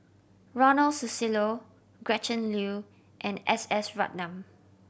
Ronald Susilo Gretchen Liu and S S Ratnam